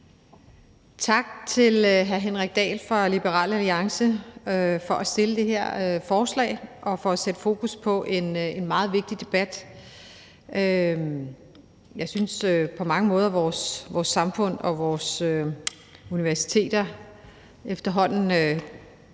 Tak til hr. Henrik Dahl fra Liberal Alliance for at fremsætte det her forslag og for at sætte fokus på en meget vigtig debat. Jeg synes på mange måder, vores samfund og vores universiteter efterhånden